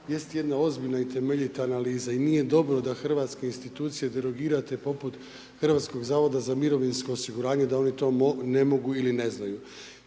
jest jedna ozbiljna i temeljita analiza i nije dobro da hrvatske institucije derogirate poput HZMO da oni to ne mogu ili ne znanju.